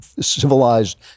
civilized